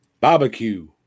Barbecue